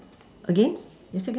again you say again